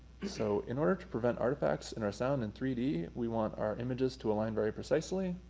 so in order to prevent artifacts in our sound and three d we want our images to align very precisely.